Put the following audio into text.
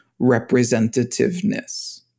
representativeness